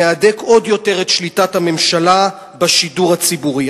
ומהדק עוד יותר את שליטת הממשלה בשידור הציבורי.